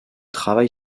travail